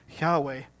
Yahweh